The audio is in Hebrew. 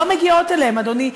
לא מגיעות אליהם, אדוני.